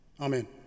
Amen